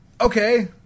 Okay